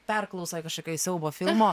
perklausoj kažkokioj siaubo filmo